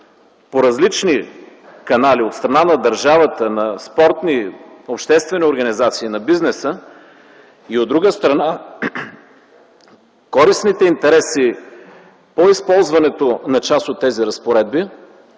по различни канали от страна на държавата, на спортни обществени организации, на бизнеса, и, от друга страна, користните интереси по използването на част от тези разпоредби?